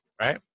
right